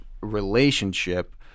relationship